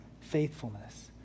faithfulness